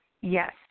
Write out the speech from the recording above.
yes